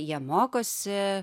jie mokosi